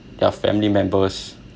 their family members